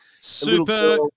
Super